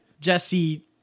Jesse